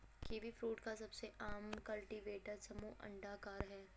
kiwifruit का सबसे आम कल्टीवेटर समूह अंडाकार है